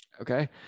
okay